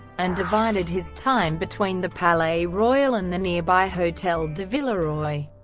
and divided his time between the palais-royal and the nearby hotel de villeroy.